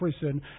prison